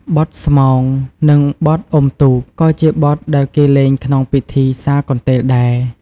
បទស្មោង និងបទអ៊ុំទូក ក៏ជាបទដែលគេលេងក្នុងពិធីសាកន្ទេលដែរ។